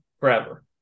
forever